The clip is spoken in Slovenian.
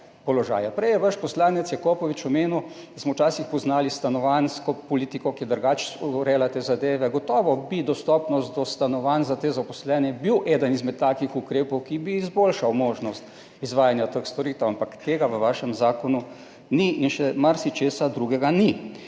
je vaš poslanec Jakopovič omenil, da smo včasih poznali stanovanjsko politiko, ki je drugače urejala te zadeve. Gotovo bi bila dostopnost do stanovanj za te zaposlene eden izmed takih ukrepov, ki bi izboljšal možnost izvajanja teh storitev, ampak tega v vašem zakonu ni. Še marsičesa drugega ni.